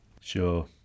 Sure